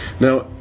now